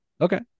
Okay